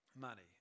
money